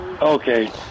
Okay